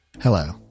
Hello